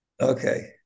Okay